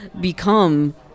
become